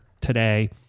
today